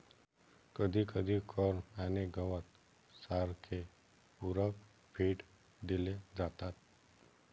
कधीकधी कॉर्न आणि गवत सारखे पूरक फीड दिले जातात